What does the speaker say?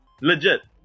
Legit